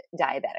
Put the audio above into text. diabetic